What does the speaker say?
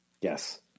Yes